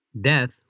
Death